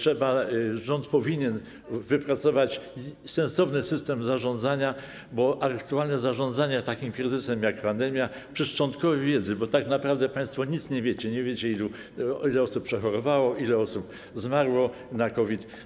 Rząd powinien wypracować sensowny system zarządzania, bo aktualnie zarządzanie takim kryzysem jak pandemia przy szczątkowej wiedzy, bo tak naprawdę państwo nic nie wiecie, nie wiecie, ile osób przechorowało, ile osób zmarło na COVID.